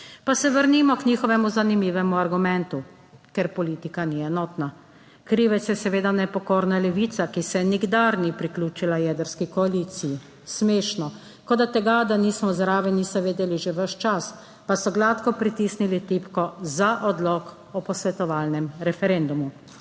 Pa se vrnimo k njihovemu zanimivemu argumentu: 5. TRAK: (VP) 14.20 (nadaljevanje) ker politika ni enotna. Krivec je seveda nepokorna Levica, ki se nikdar ni priključila jedrski koaliciji. Smešno. Kot da tega, da nismo zraven, niso vedeli že ves čas, pa so gladko pritisnili tipko za odlok o posvetovalnem referendumu.